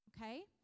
Okay